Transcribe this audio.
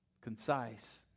concise